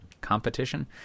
competition